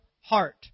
heart